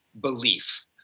belief